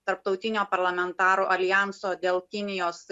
tarptautinio parlamentarų aljanso dėl kinijos